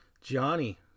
Johnny